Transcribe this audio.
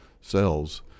Cells